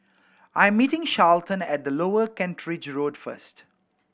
I am meeting Charlton at Lower Kent Ridge Road first